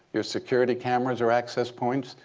your security cameras are access points,